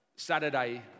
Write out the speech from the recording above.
Saturday